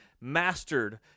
mastered